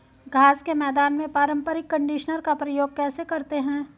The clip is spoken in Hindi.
घास के मैदान में पारंपरिक कंडीशनर का प्रयोग कैसे करते हैं?